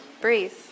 breathe